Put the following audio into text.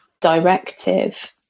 directive